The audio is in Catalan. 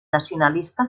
nacionalista